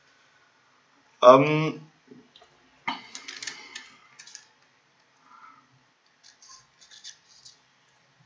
um